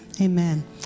Amen